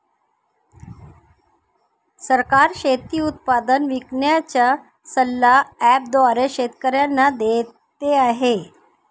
सरकार शेती उत्पादन विकण्याचा सल्ला ॲप द्वारे शेतकऱ्यांना देते आहे